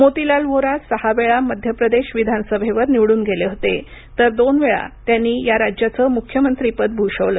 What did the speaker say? मोतीलाल व्होरा सहा वेळा मध्य प्रदेश विधानसभेवर निवडून गेले होते तर दोन वेळा त्यांनी या राज्याचं मुख्यमंत्रीपद भूषवलं